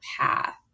path